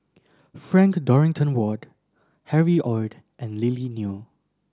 Frank Dorrington Ward Harry Ord and Lily Neo